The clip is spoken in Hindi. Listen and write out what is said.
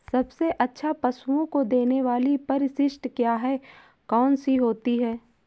सबसे अच्छा पशुओं को देने वाली परिशिष्ट क्या है? कौन सी होती है?